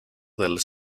del